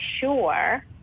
sure